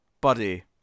buddy